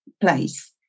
place